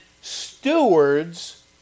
stewards